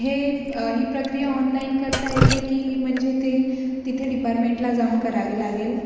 हे ही प्रक्रिया ऑनलाईन करता येते की म्हणजे ते तिथे डिपारमेंटला जाऊन करावी लागेल